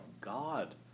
God